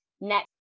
next